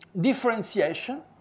differentiation